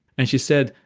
and she said,